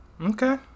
okay